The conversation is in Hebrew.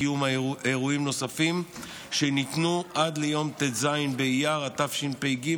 לקיום אירועים נוספים עד ליום ט"ז באייר התשפ"ג,